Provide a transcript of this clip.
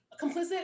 complicit